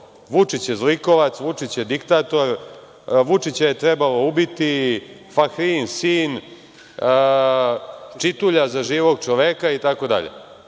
„Vučić je zlikovac“, „Vučić je diktator“, „Vučića je trebalo ubiti“, „Fahrijin sin“, „Čitulja za živog čoveka“,